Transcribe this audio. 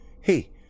Hey